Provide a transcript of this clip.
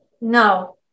No